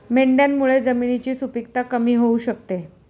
मेंढ्यांमुळे जमिनीची सुपीकता कमी होऊ शकते